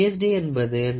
அதாவது 0